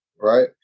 right